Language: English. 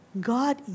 God